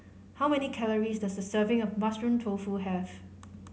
how many calories does a serving of Mushroom Tofu have